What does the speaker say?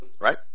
right